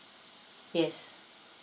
yes